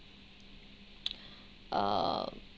err